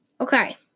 Okay